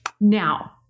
now